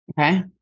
Okay